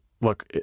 look